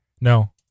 no